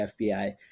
FBI